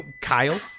Kyle